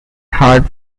hard